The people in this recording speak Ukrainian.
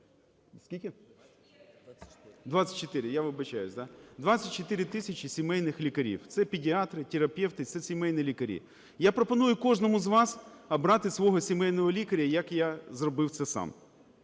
24 тисячі сімейних лікарів – це педіатри, терапевти, це сімейні лікарі. Я пропоную кожному з вас обрати свого сімейного лікаря, як я зробив це сам,